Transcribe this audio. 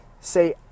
Say